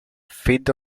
feed